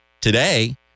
today